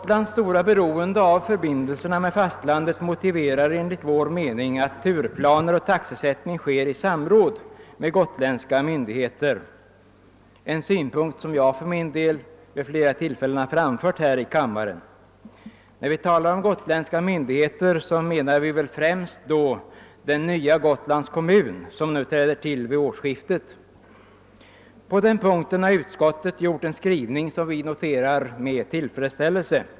Gotlands stora beroende av förbindelserna med fastlandet motiverar enligt vår mening att turplaner och taxesättning sker i samråd med gotländska myndigheter — en synpunkt som jag för min del vid flera tillfällen har framfört här i kammaren. När vi talar om gotländska myndigheter, menar vi främst Gotlands nya kommun som träder till vid årsskiftet. På denna punkt har utskottet gjort en skrivning som vi noterar med tillfredsställelse.